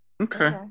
Okay